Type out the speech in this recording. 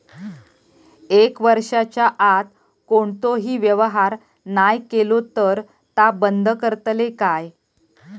एक वर्षाच्या आत कोणतोही व्यवहार नाय केलो तर ता बंद करतले काय?